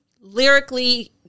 Lyrically